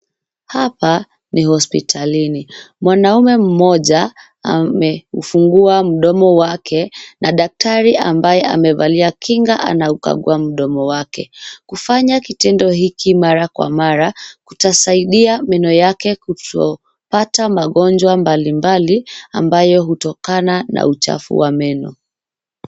Hapa ni hosipitalini, mwanaume mmoja ameufungua mdomo wake na daktari ambaye amevalia kinga anakagua mdomo wake. Kufanya kitendo hiki mara kwa mara kutasidia meno yake kutopata magonjwa mbalimbali ambayo hutokana na uchafu wa meno.